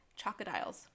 Chocodiles